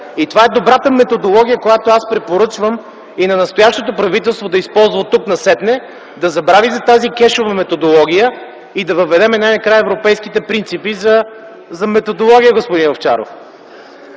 Това е добрата методология, която аз препоръчвам и на настоящото правителство да използва оттук насетне, да забрави за кешовата методология и най-накрая да въведем европейските принципи за методология, господин Овчаров.